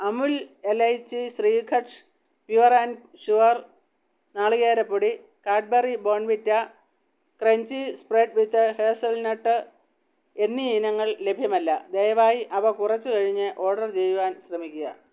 Amul elaichi shrikhand pure and sure നാളികേര പൊടി Cadbury Bournvita crunchy spread with hazelnut എന്നീ ഇനങ്ങൾ ലഭ്യമല്ല ദയവായി അവ കുറച്ച് കഴിഞ്ഞു ഓഡർ ചെയ്യുവാൻ ശ്രമിക്കുക